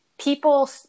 people